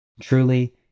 Truly